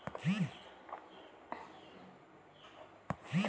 బంగారు బాండు ను అమ్మితే కొంటే ఏమైనా లాభం వస్తదా?